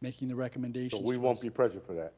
making the recommendations but we won't be present for that.